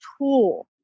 tool